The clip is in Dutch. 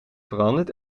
veranderd